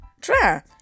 Try